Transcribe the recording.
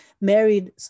married